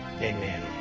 Amen